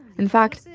in fact,